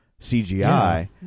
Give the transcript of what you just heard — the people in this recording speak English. CGI